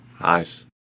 Nice